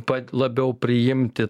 pat labiau priimti